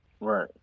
Right